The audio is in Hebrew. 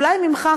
אולי ממך,